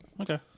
Okay